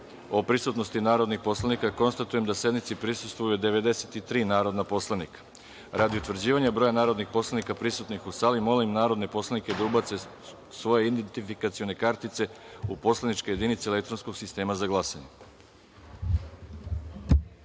o prisutnosti narodnih poslanika, konstatujem da sednici prisustvuje 93 narodna poslanika. Radi utvrđivanja broja narodnih poslanika prisutnih u sali, molim narodne poslanike da ubacite svoje identifikacione kartice u poslaničke jedinice elektronskog sistema za